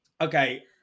okay